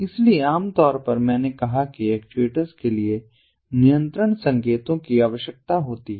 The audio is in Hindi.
इसलिए आमतौर पर मैंने कहा कि एक्चुएटर्स के लिए नियंत्रण संकेतों की आवश्यकता होती है